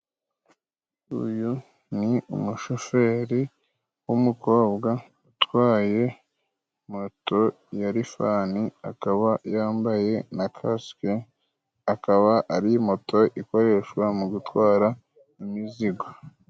Uyu ni umushoferi w'umukobwa utwaye moto ya rifani, akaba yambaye na kasike ,akaba ari moto ikoreshwa mu gutwara imizigo.